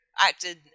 acted